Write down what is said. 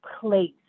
place